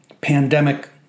pandemic